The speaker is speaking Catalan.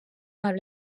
amb